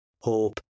hope